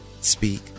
speak